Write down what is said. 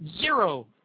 Zero